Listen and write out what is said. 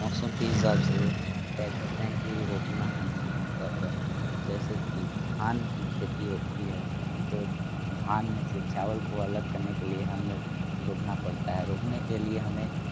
मौसम के हिसाब से तय करते है कि रोपना हमें कब है जैसे की धान की खेती होती है तो धान में से चावल को अलग करने के लिए हमे रोपना पड़ता है रोपने के लिए हमें